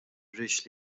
rridx